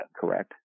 correct